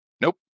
Nope